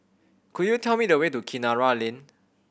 could you tell me the way to Kinara Lane